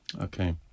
Okay